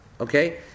Okay